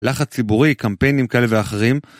לחץ ציבורי, קמפיינים כאלה ואחרים